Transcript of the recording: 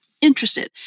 interested